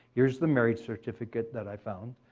here's the marriage certificate that i found.